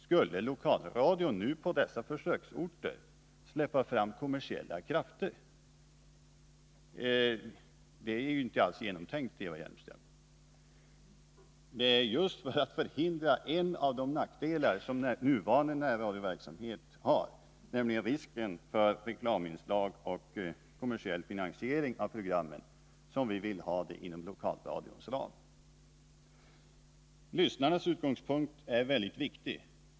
Skulle lokalradion på planerade försöksorter komma att släppa fram kommersiella krafter? Argumenteringen är inte alls genomtänkt, Eva Hjelmström. Det är just för att förhindra en av de nackdelar som nuvarande närradioverksamhet har, nämligen risken för reklaminslag och kommersiell finansiering av programmen, som vi vill ha denna verksamhet inom lokalradions ram. Lyssnarnas utgångspunkt är mycket viktig.